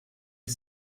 ich